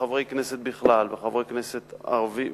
שחברי כנסת בכלל וחברי כנסת ערבים